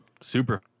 super